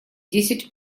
десять